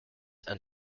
and